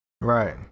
Right